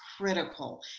critical